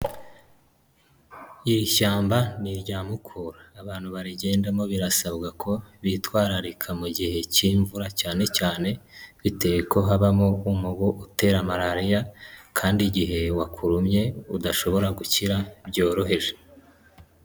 Iri shyamba ni irya mukura, abantu barigendamo birasabwa ko bitwararika mu gihe cy'imvura cyane cyane, bitewe ko habamo umubu utera malariya kandi igihe wakurumye udashobora gukira byoroheje.